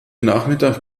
nachmittag